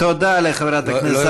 תודה לחברת הכנסת